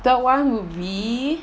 third one would be